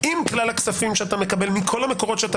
אם כלל הכספים שאתה מקבל מכל המקורות שאתה